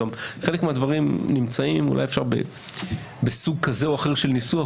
חלק מהדברים נמצאים ואולי אפשר סוג כזה או אחר של ניסוח.